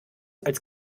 als